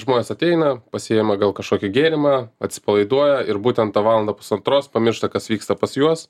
žmonės ateina pasijema gal kažkokį gėrimą atsipalaiduoja ir būtent tą valandą pusantros pamiršta kas vyksta pas juos